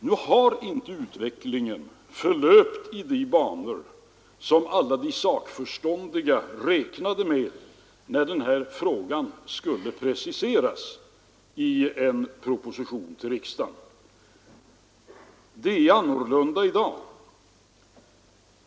Nu har inte utvecklingen förlöpt i de banor som alla de sakförståndiga räknade med när den här frågan skulle preciseras i en proposition till riksdagen. Det är annorlunda i dag.